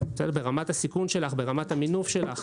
ברמת הסיכון שלך, ברמת המינוף שלך.